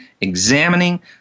examining